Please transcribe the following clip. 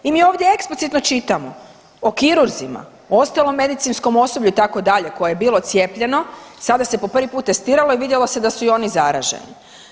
I mi ovdje eksplicitno čitamo o kirurzima, ostalom medicinskom osoblju itd. koje je bilo cijepljeno, sada se prvi put testiralo i vidjelo se da su i oni zaraženi.